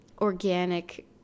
organic